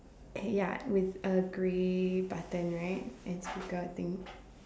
okay ya with a grey button right and sneaker I think